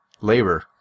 labor